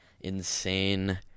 insane